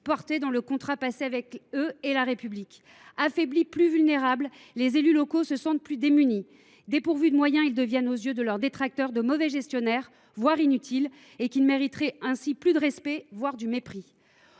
porté dans le contrat passé avec eux et la République. Affaiblis, plus vulnérables, les élus locaux se sentent plus démunis. Dépourvus de moyens, ils deviennent, aux yeux de leurs détracteurs, de mauvais gestionnaires, voire inutiles, et ils ne mériteraient plus que du mépris.